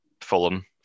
Fulham